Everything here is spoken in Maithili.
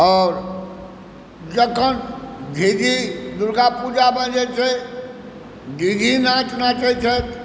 आओर जखन यदि दुर्गापूजामे जे छै गिघि नाच नाचैत छथि